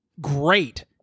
great